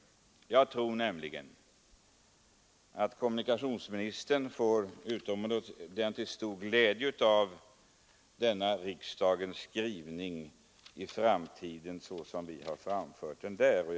Jag tror nämligen att kommunikationsministern i framtiden får utomordentligt stor glädje av denna riksdagens skrivning såsom vi har utformat den i betänkandet.